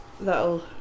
That'll